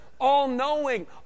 all-knowing